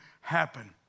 happen